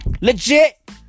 Legit